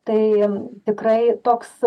tai tikrai toks